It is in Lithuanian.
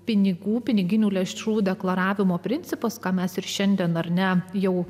pinigų piniginių lėšų deklaravimo principas ką mes ir šiandien ar ne jau